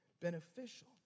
beneficial